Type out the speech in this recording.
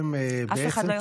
שבהם, אף אחד לא יאכל בשר.